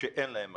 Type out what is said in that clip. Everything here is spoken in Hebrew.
שאין להם מחשבים,